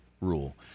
rule